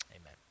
Amen